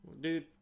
dude